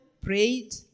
prayed